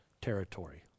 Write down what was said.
territory